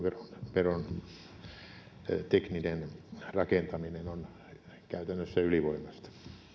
veron tekninen rakentaminen on käytännössä ylivoimaista